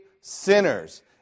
sinners